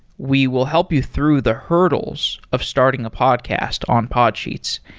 we will help you through the hurdles of starting a podcast on podsheets.